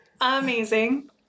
Amazing